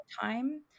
time